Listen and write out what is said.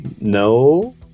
No